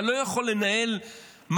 אתה לא יכול לנהל מאבק